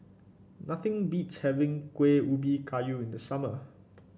nothing beats having Kueh Ubi Kayu in the summer